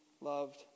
loved